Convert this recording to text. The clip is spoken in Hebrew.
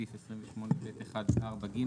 בסעיף 28(ב1)(4ג),